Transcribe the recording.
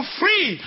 free